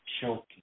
choking